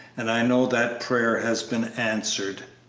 and i know that prayer has been answered.